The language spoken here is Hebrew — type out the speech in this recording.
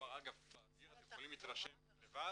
אגב, הוא כבר באוויר, אתם יכולים להתרשם לבד.